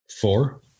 Four